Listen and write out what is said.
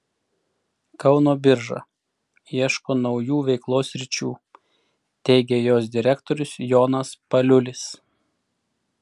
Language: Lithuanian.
kauno birža ieško naujų veiklos sričių teigė jos direktorius jonas paliulis